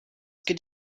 good